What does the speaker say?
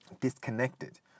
disconnected